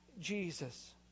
Jesus